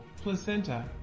placenta